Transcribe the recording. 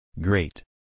Great